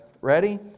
Ready